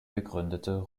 gegründete